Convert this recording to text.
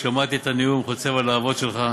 שמעתי את הנאום חוצב הלהבות שלך,